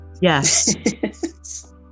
yes